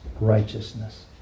righteousness